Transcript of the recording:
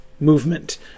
movement